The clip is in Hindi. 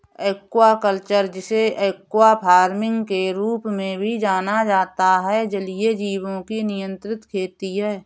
एक्वाकल्चर, जिसे एक्वा फार्मिंग के रूप में भी जाना जाता है, जलीय जीवों की नियंत्रित खेती है